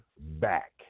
back